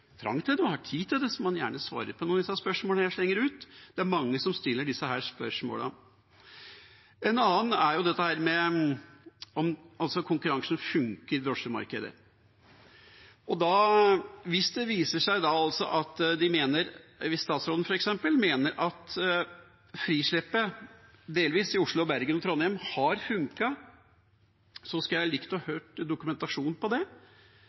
og har tid til det, må han gjerne svare på noen av disse spørsmålene jeg slenger ut. Det er mange som stiller disse spørsmålene. Noe annet er om konkurransen funker i drosjemarkedet. Hvis f.eks. statsråden mener at delvis frislipp i Oslo, Bergen og Trondheim har funket, så skulle jeg likt å høre om dokumentasjonen på det.